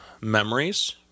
memories